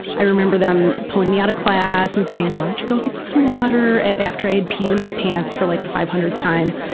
i remember them pulling me out of class and why don't you go get some water and after i'd peed in my pants for like the five hundredth time.